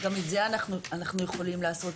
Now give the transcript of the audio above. גם את זה אנחנו יכולים לעשות